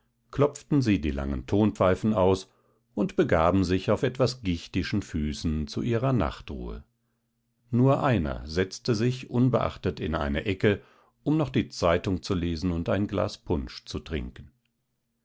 klopften sie die langen tonpfeifen aus und begaben sich auf etwas gichtischen füßen zu ihrer nachtruhe nur einer setzte sich unbeachtet in eine ecke um noch die zeitung zu lesen und ein glas punsch zu trinken